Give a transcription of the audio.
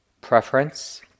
preference